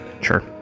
sure